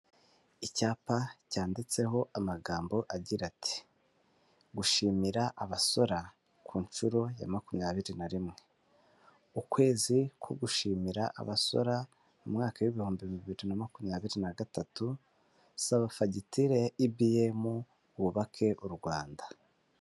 Icyapa cyanditseho amagambo agira ati:" gushimira abasora ku nshuro ya makumyabiri na rimwe. Ukwezi ko gushimira abasora umwaka w'ibihumbi bibiri na makumyabiri na gatatu, saba fagitire ibiyemu, wubake u Rwanda''.